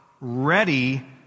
ready